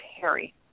Harry